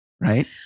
Right